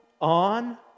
on